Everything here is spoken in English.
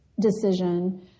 decision